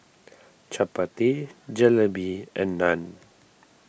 Chapati Jalebi and Naan